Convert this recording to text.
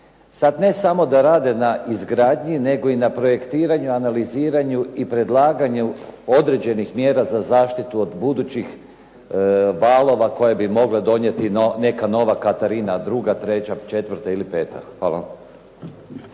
Sad ne samo da rade na izgradnji, nego i na projektiranju, analiziranju i predlaganju određenih mjera za zaštitu od budućih valova koje bi mogle donijeti neka nova Katarina, druga, treća, četvrta ili peta. Hvala.